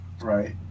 right